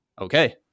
Okay